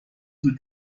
زود